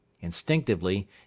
Instinctively